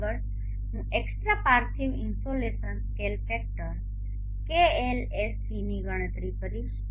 આગળ હું એક્સ્ટ્રા પાર્થિવ ઇનસોલેશન સ્કેલ ફેક્ટર kLSC ની ગણતરી કરીશ